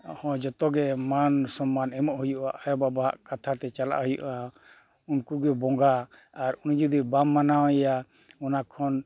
ᱦᱮᱸ ᱡᱚᱛᱚ ᱜᱮ ᱢᱟᱱ ᱥᱚᱢᱢᱟᱱ ᱮᱢᱚᱜ ᱦᱩᱭᱩᱜᱼᱟ ᱟᱭᱳᱼᱵᱟᱵᱟᱣᱟᱜ ᱠᱟᱛᱷᱟᱛᱮ ᱪᱟᱞᱟᱜ ᱦᱩᱭᱩᱜᱼᱟ ᱩᱱᱠᱩ ᱜᱮ ᱵᱚᱸᱜᱟ ᱟᱨ ᱩᱱᱤ ᱡᱩᱫᱤ ᱵᱟᱢ ᱢᱟᱱᱟᱣᱮᱭᱟ ᱚᱱᱟ ᱠᱷᱚᱱ